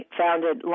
founded